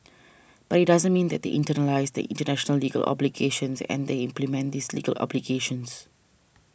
but it doesn't mean that they internalise the international legal obligations and that they implement these legal obligations